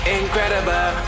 incredible